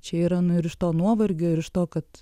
čia yra nu ir iš to nuovargio ir iš to kad